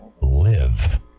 live